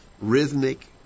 rhythmic